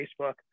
Facebook